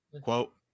quote